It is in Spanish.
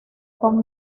con